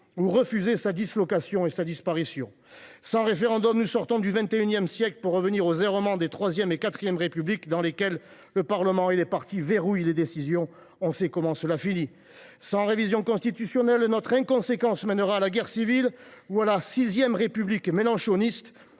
ou refuser sa dislocation et sa disparition ? Sans référendum, nous sortons du XXI siècle pour revenir aux errements des III et IV Républiques, sous lesquelles le Parlement et les partis verrouillaient les décisions. On sait comment cela finit ! Sans révision constitutionnelle, notre inconséquence mènera à la guerre civile ou à la VI République mélenchoniste,